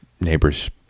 neighbors